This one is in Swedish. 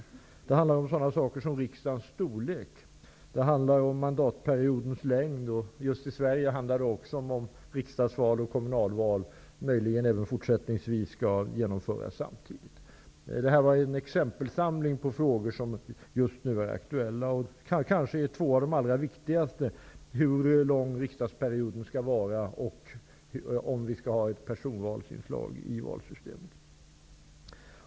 Vidare handlar det om riksdagens storlek och mandatperiodens längd. Just i Sverige handlar det också om riksdagsval och kommunalval, som möjligen även fortsättningsvis skall genomföras samtidigt. Detta var en exempelsamling på frågor som just nu är aktuella. Kanske är två av dem de allra viktigaste: hur lång riksdagsperioden skall vara och om vi skall ha ett personvalsinslag i valsystemet.